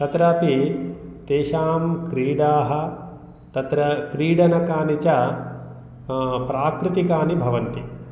तत्रापि तेषां क्रीडाः तत्र क्रीडनकानि च प्राकृतिकानि भवन्ति